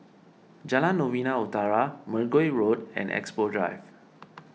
Jalan Novena Utara Mergui Road and Expo Drive